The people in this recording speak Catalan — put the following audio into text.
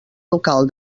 local